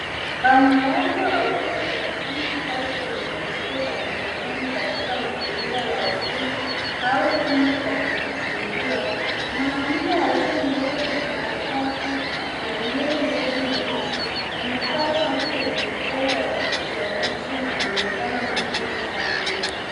Wanawake wawili wakifanya kazi kwenye kompyuta za mkononi katika mazingira ya ofisi au chumba cha kujifunzia. Mwanamke aliye mbele na katikati ana nywele ndefu nyeusi amevaa shati lenye michoro ya kijometria na anaonekana makini sana.